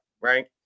right